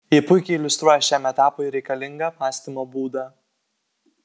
ji puikiai iliustruoja šiam etapui reikalingą mąstymo būdą